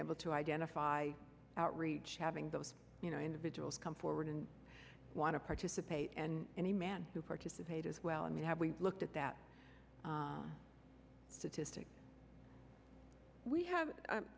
able to identify outreach having those you know individuals come forward and want to participate and any man who participate as well i mean have we looked at that statistic we have